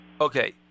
Okay